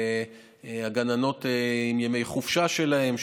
והגננות עם ימי חופשה שלהן,